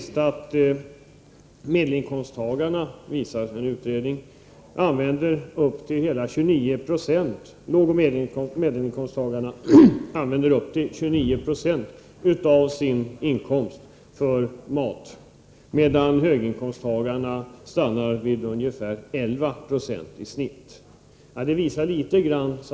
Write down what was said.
En utredning har visat att lågoch medelinkomsttagarna använder upp till 2990 av sin inkomst till mat, medan höginkomsttagarna stannar vid i genomsnitt 11 26.